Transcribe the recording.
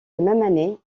année